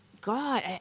God